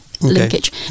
linkage